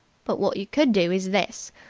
but wot you could do's this.